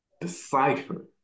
decipher